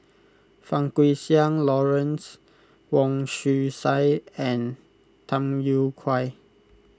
Fang Guixiang Lawrence Wong Shyun Tsai and Tham Yui Kai